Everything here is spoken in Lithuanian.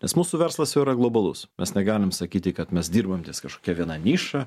nes mūsų verslas jau yra globalus mes negalim sakyti kad mes dirbam ties kažkokia viena niša